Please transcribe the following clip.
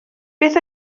beth